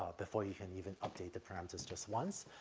ah before you can even update the parameters just once.